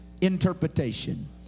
interpretation